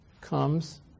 comes